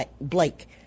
Blake